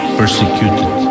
persecuted